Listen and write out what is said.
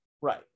right